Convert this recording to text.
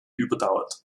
überdauert